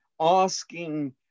asking